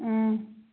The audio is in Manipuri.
ꯎꯝ